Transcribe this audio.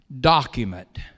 document